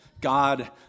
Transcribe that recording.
God